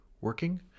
working